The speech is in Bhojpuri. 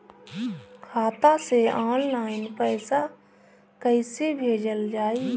खाता से ऑनलाइन पैसा कईसे भेजल जाई?